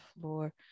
floor